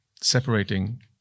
separating